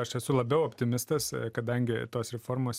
aš esu labiau optimistas kadangi tos reformos